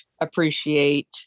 appreciate